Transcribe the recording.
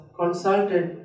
consulted